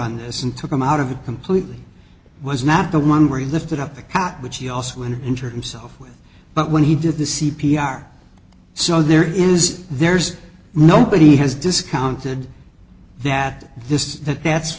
on this and took him out of it completely was not the one where he lifted up the cot which he also an intern himself with but when he did the c p r so there is there's nobody has discounted that this that that's